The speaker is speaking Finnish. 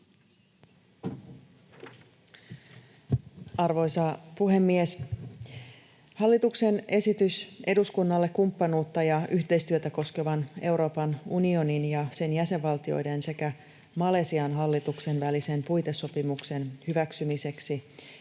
Arvoisa puhemies! Hallituksen esitys eduskunnalle kumppanuutta ja yhteistyötä koskevan Euroopan unionin ja sen jäsenvaltioiden sekä Malesian hallituksen välisen puitesopimuksen hyväksymiseksi